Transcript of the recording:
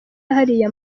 hariya